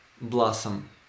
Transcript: blossom